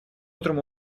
утром